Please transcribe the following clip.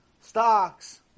stocks